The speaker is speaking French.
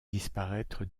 disparaître